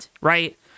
right